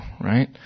right